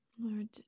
lord